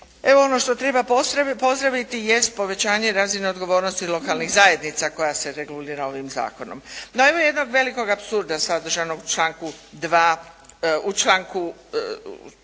Evo, ono što treba posebno pozdraviti jest povećanje razine odgovornosti lokalnih zajednica koja se regulira ovim zakonom. Naime, jednog velikog apsurda sadržanog u stavku 2. članka 15.